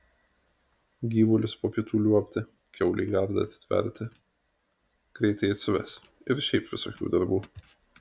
gyvulius po pietų liuobti kiaulei gardą atitverti greitai atsives ir šiaip visokių darbų